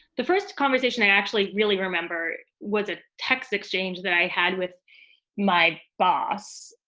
the first conversation i actually really remember was a text exchange that i had with my boss,